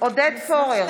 עודד פורר,